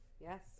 Yes